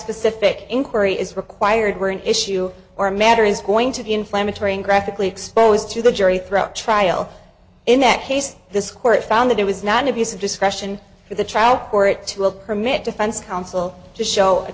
the inquiry is required where an issue or a matter is going to be inflammatory and graphically exposed to the jury throughout trial in that case this court found that it was not an abuse of discretion for the trial court to a permit defense counsel to show a